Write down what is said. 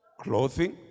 clothing